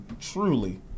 truly